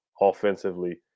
offensively